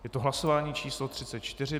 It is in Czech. Je to hlasování číslo 34.